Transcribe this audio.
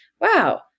wow